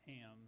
Ham